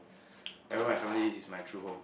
wherever my family is my true home